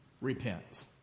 Repent